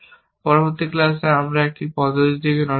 পরবর্তী ক্লাসে আমরা এমন একটি পদ্ধতির দিকে নজর দেব